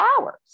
hours